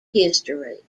history